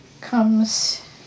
comes